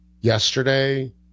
yesterday